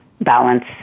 balance